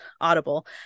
Audible